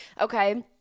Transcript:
Okay